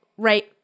Right